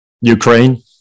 Ukraine